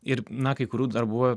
ir na kai kurių darbų